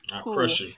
cool